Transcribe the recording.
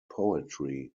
poetry